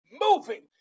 moving